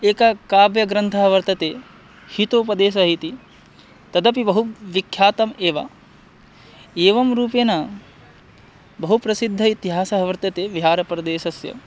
एकः काव्यग्रन्थः वर्तते हितोपदेशः इति तदपि बहु विख्यातम् एव एवं रूपेण बहु प्रसिद्धः इतिहासः वर्तते बिहारप्रदेशस्य